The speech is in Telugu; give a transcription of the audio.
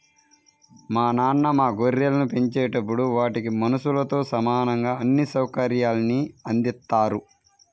మా నాన్న మా గొర్రెలను పెంచేటప్పుడు వాటికి మనుషులతో సమానంగా అన్ని సౌకర్యాల్ని అందిత్తారు